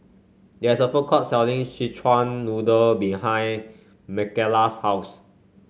there's a food court selling Szechuan Noodle behind Makala's house